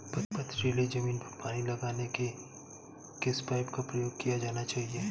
पथरीली ज़मीन पर पानी लगाने के किस पाइप का प्रयोग किया जाना चाहिए?